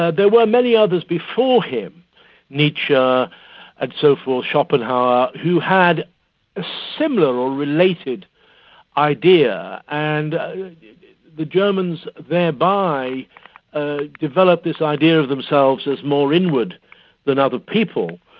ah there were many others before him nietzsche and so forth, schopenhauer who had a similar or related idea. and the germans thereby ah developed this idea of themselves as more inward than other people.